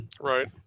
Right